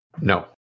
No